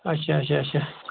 اَچھا اَچھا اَچھا